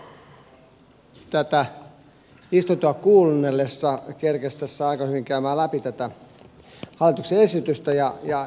nimittäin tässä tätä istuntoa kuunnellessa kerkesi aika hyvin käymään läpi tätä hallituksen esitystä